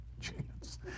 Chance